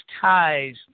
ties